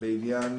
בעניין